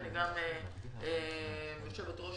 אני יושבת-ראש